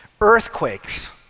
Earthquakes